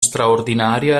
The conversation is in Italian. straordinaria